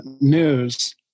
news